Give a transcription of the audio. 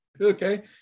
Okay